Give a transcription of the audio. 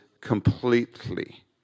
completely